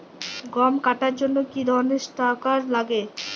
গম কাটার জন্য কি ধরনের ট্রাক্টার লাগে?